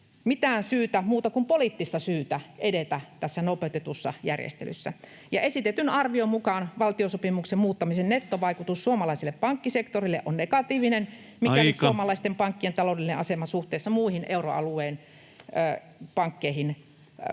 mitään muuta syytä kuin poliittista syytä edetä tässä nopeutetussa järjestelyssä. Ja esitetyn arvion mukaan valtiosopimuksen muuttamisen nettovaikutus suomalaiselle pankkisektorille on negatiivinen, [Puhemies: Aika!] mikäli suomalaisten pankkien taloudellinen asema suhteessa muihin euroalueen pankkeihin on